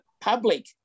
public